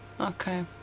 Okay